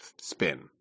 spin